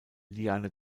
liane